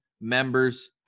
members